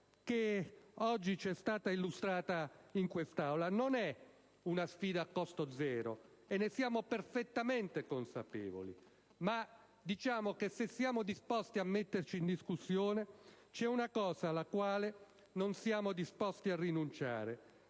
che oggi ci è stata illustrata in questa Aula. Non è una sfida a costo zero, ne siamo perfettamente consapevoli. Ma diciamo che, se siamo pronti a metterci in discussione, c'è una cosa alla quale non siamo disposti a rinunciare,